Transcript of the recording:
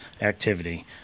activity